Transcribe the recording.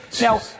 Now